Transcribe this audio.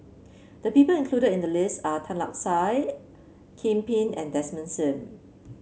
the people included in the list are Tan Lark Sye Kim Pin and Desmond Sim